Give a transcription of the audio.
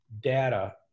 data